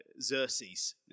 Xerxes